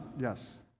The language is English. yes